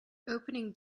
opening